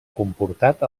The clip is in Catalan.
comportat